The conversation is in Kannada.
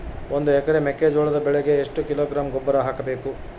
ಒಂದು ಎಕರೆ ಮೆಕ್ಕೆಜೋಳದ ಬೆಳೆಗೆ ಎಷ್ಟು ಕಿಲೋಗ್ರಾಂ ಗೊಬ್ಬರ ಹಾಕಬೇಕು?